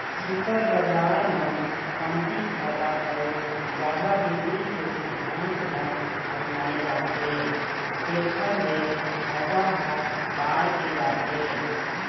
super बजार म कमती फायदा अउ जादा बिक्री के सिद्धांत ल अपनाए जाथे तेखर ले फायदा ह बाड़गे जाथे